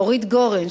אורית גורן,